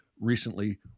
recently